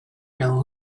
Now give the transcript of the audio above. know